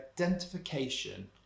identification